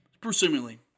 Presumably